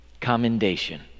commendation